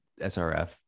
SRF